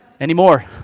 Anymore